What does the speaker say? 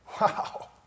Wow